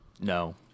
No